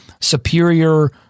superior